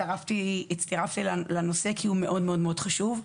הצטרפתי אליו כי הוא חשוב מאוד.